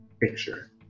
picture